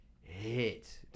hit